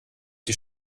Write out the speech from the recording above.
die